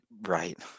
right